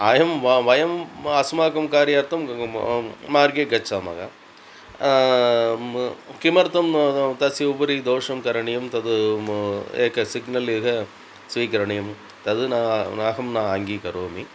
अयं वा वयम् म अस्माकं कार्यार्थं मार्गे गच्छामः म् किमर्थं म तस्य उपरि दोषं करणीयं तद् एकं सिग्नल् इह स्वीकरणीयं तद् न नाहं न अङ्गीकरोमि